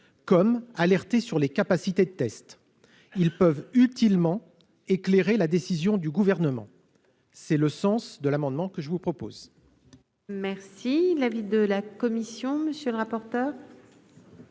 comme alerter sur les capacités de tests, ils peuvent utilement éclairer la décision du gouvernement, c'est le sens de l'amendement que je vous propose. Merci l'avis de la commission, monsieur le rapporteur.